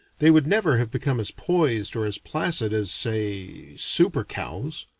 they would never have become as poised or as placid as say super-cows.